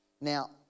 Now